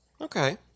Okay